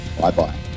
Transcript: Bye-bye